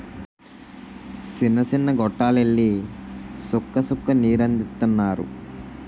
సిన్న సిన్న గొట్టాల్లెల్లి సుక్క సుక్క నీరందిత్తన్నారు